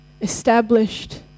established